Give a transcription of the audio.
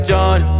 John